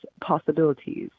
possibilities